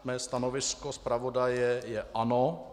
Mé stanovisko zpravodaje je ano.